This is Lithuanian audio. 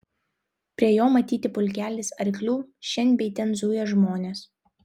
prie jo matyti pulkelis arklių šen bei ten zuja žmonės